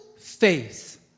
faith